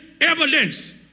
evidence